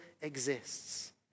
exists